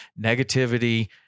negativity